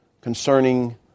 concerning